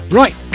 right